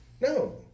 no